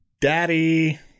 Daddy